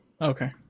Okay